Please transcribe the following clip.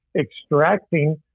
extracting